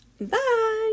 Bye